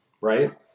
right